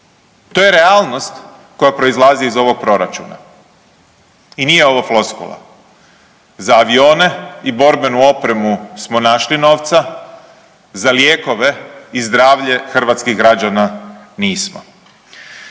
To je realnost koja proizlazi iz ovog proračuna. I nije ovo floskula. Za avione i borbenu opremu smo našli novca, za lijekove i zdravlje hrvatskih građana nismo.